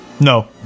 No